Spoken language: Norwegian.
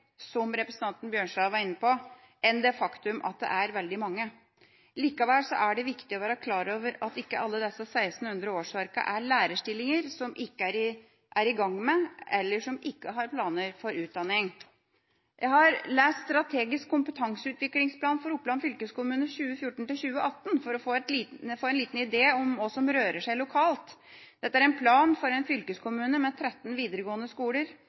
som representanten Bjørnstad var inne på, enn det faktum at det er veldig mange. Likevel er det viktig å være klar over at ikke alle disse 1 600 årsverkene er lærerstillinger, som gjelder tilsatte som ikke er i gang med eller som ikke har planer om utdanning. Jeg har lest «Strategisk kompetanseutviklingsplan for pedagogisk arbeid i Oppland fylkeskommune 2014–2018» for å få liten en idé om hva som rører seg lokalt. Dette er en plan for en fylkeskommune med 13 videregående skoler,